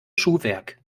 schuhwerk